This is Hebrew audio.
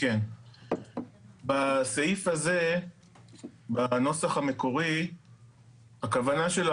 בסעיף הזה בנוסח המקורי הכוונה שלו